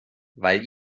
weil